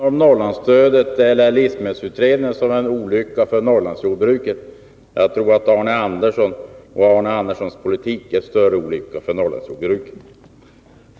Herr talman! Jag tror inte att livsmedelsutredningen är en olycka för Norrlandsjordbruket. Jag tror att Arne Andersson i Ljung och hans politik är en större olycka för Norrlandsjordbruket.